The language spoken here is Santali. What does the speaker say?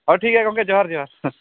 ᱦᱚᱸ ᱴᱷᱤᱠ ᱜᱮᱭᱟ ᱜᱚᱝᱠᱮ ᱡᱚᱦᱟᱨ ᱡᱚᱦᱟᱨ